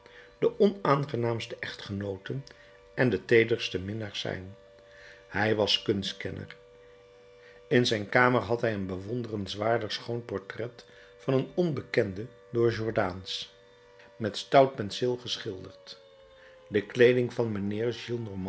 de onaangenaamste echtgenooten en de teederste minnaars zijn hij was kunstkenner in zijn kamer had hij een bewonderenswaardig schoon portret van een onbekende door jordaens met stout penseel geschilderd de kleeding van mijnheer